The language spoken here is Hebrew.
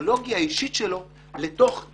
והאידיאולוגיה האישית שלו לתהליך,